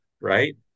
Right